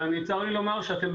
צר לי לומר שאתם,